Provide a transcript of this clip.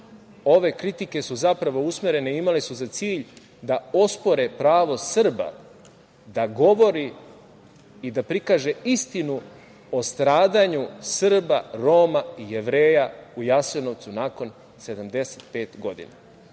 Ove kritike su zapravo usmerene i imale su za cilj da ospore pravo Srba da govore i da prikažu istinu o stradanju Srba, Roma i Jevreja u Jasenovcu nakon 75 godina.